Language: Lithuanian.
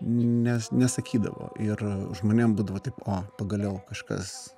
nes nesakydavo ir žmonėm būdavo taip o pagaliau kažkas